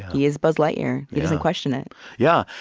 he is buzz lightyear. he doesn't question it yeah,